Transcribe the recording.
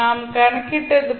இது நாம் கணக்கிட்டது தான்